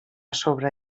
sobre